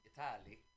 Italy